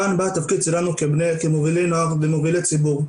כאן בא התפקיד שלנו כמובילי נוער ומובילי ציבור,